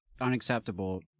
unacceptable